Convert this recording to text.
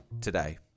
today